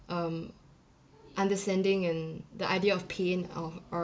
um understanding and the idea of pain or or